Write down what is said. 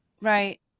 Right